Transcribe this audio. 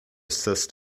assist